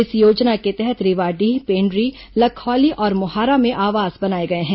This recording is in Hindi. इस योजना के तहत रेवाडीह पेण्ड्री लखौली और मोहारा में आवास बनाया गया है